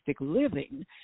living